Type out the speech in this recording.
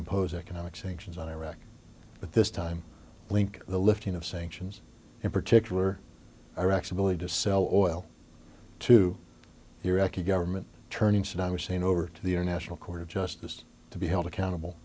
impose economic sanctions on iraq but this time link the lifting of sanctions in particular iraq's ability to sell oil to the iraqi government turning saddam hussein over to the international court of justice to be held accountable